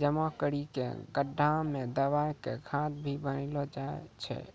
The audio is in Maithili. जमा करी कॅ गड्ढा मॅ दबाय क खाद भी बनैलो जाय छै